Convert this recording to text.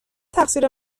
تقصیر